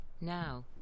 Now